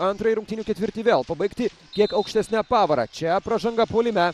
antrąjį rungtynių ketvirtį vėl pabaigti kiek aukštesne pavara čia pražanga puolime